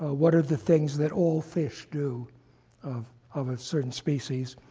what are the things that all fish do of of a certain species?